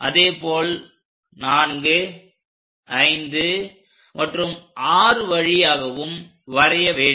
அதேபோல் 45 மற்றும் 6 வழியாகவும் வரைய வேண்டும்